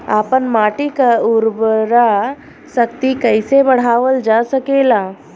आपन माटी क उर्वरा शक्ति कइसे बढ़ावल जा सकेला?